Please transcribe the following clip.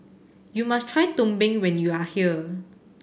you must try Tumpeng when you are here